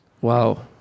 Wow